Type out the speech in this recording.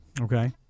Okay